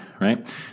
Right